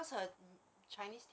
two way